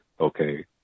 okay